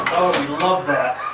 love that